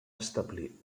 establir